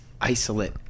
isolate